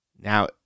Now